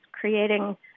creating